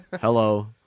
Hello